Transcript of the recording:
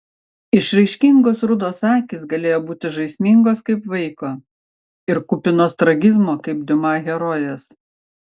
išraiškingos rudos akys galėjo būti žaismingos kaip vaiko ir kupinos tragizmo kaip diuma herojės